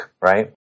right